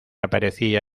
aparecía